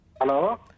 Hello